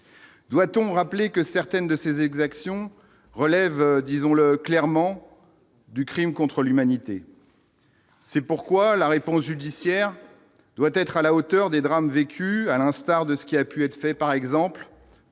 doit-on rappeler que certaines de ces exactions relève, disons-le clairement du Crime contre l'humanité. C'est pourquoi la réponse judiciaire doit être à la hauteur des drames vécus à l'instar de ce qui a pu être fait par exemple